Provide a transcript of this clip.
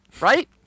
right